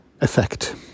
effect